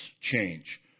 change